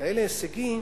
לכאלה הישגים,